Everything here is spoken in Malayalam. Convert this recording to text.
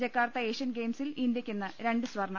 ജക്കാർത്ത ഏഷ്യൻ ഗെയിംസിൽ ഇന്ത്യക്ക് ഇന്ന് രണ്ട് സ്വർണം